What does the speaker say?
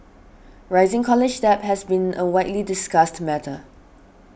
rising college debt has been a widely discussed matter